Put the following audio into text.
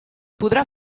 podrà